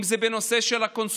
אם זה בנושא של הקונסוליות.